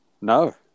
No